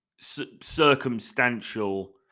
circumstantial